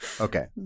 Okay